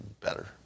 better